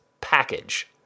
package